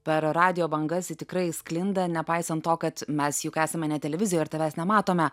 per radijo bangas ji tikrai sklinda nepaisant to kad mes juk esame ne televizijoj ir tavęs nematome